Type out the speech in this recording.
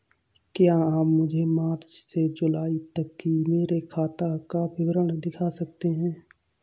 क्या आप मुझे मार्च से जूलाई तक की मेरे खाता का विवरण दिखा सकते हैं?